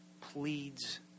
pleads